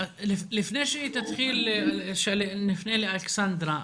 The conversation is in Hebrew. לפני שנפנה לאלכסנדרה,